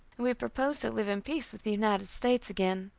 and we propose to live in peace with the united states again.